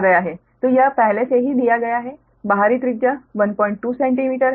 तो यह पहले से ही दिया गया है बाहरी त्रिज्या 12 सेंटीमीटर है